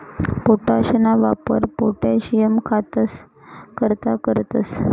पोटाशना वापर पोटाशियम खतंस करता करतंस